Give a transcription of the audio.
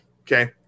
okay